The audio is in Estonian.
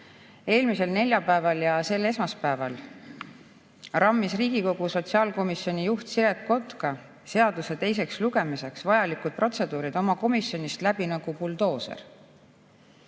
Eelmisel neljapäeval ja sel esmaspäeval rammis Riigikogu sotsiaalkomisjoni juht Siret Kotka seaduse teiseks lugemiseks vajalikud protseduurid oma komisjonist läbi nagu buldooser.